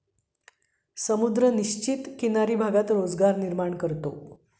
समुद्र निश्चित किनारी भागात रोजगार निर्माण करतो